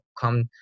come